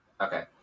Okay